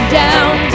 down